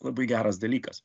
labai geras dalykas